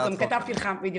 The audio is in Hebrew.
בדיוק.